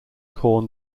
corn